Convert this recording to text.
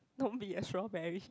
don't be a strawberry